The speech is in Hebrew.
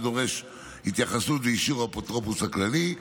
שדורש התייחסות לאישור האפוטרופוס הכללי,